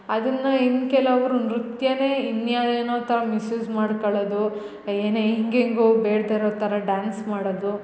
ಅದನ್ನು ಇನ್ನು ಕೆಲವರು ನೃತ್ಯನೆ ಇನ್ನ ಯಾವ್ಯಾವೇನೊ ಥರ ಮಿಸ್ಯೂಸ್ ಮಾಡ್ಕಳದು ಏನೇ ಹಿಂಗೆ ಹೇಗೋ ಬೇಡ್ದಿರೊ ಥರ ಡಾನ್ಸ್ ಮಾಡದು